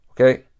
Okay